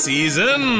Season